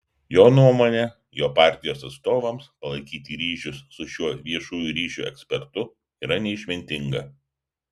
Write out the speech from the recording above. jo nuomone jo partijos atstovams palaikyti ryšius su šiuo viešųjų ryšių ekspertu yra neišmintinga